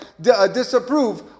disapprove